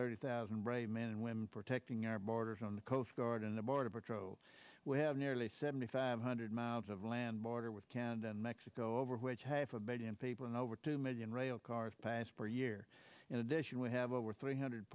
thirty thousand men and women protecting our borders on the coast guard and the border patrol we have nearly seventy five hundred miles of land border with canada and mexico over which half a million people and over two million rail cars pass per year in addition we have over three hundred